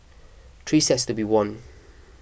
three sets to be won